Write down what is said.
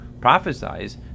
prophesize